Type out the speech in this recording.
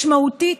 משמעותית,